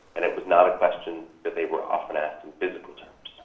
and it was not a question that they were often asked in physical terms.